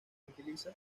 utiliza